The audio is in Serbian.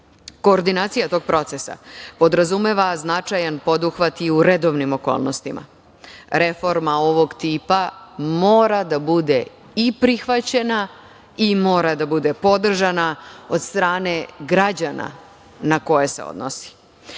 Koordinacija tog procesa podrazumeva značajan poduhvat i u redovnim okolnostima. Reforma ovog tipa mora da bude i prihvaćena i mora da bude podržana od strane građana na koje se odnosi. Takođe,